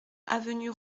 avenue